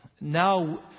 Now